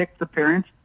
appearance